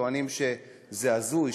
טוענים שזה הזוי,